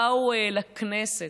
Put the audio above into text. באו לכנסת?